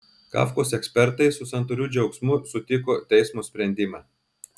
kafkos ekspertai su santūriu džiaugsmu sutiko teismo sprendimą